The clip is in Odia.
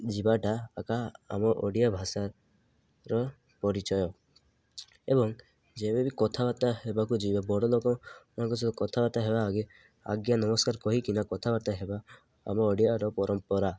ଯିବାଟା ଆକା ଆମ ଓଡ଼ିଆ ଭାଷାର ପରିଚୟ ଏବଂ ଯେବେବି କଥାବାର୍ତ୍ତା ହେବାକୁ ଯିବେ ବଡ଼ ଲୋକମାନଙ୍କ ସହିତ କଥାବାର୍ତ୍ତା ହେବା ଆଗେ ଆଜ୍ଞା ନମସ୍କାର କହିକିନା କଥାବାର୍ତ୍ତା ହେବା ଆମ ଓଡ଼ିଆର ପରମ୍ପରା